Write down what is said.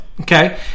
Okay